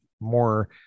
more